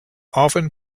often